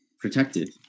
protected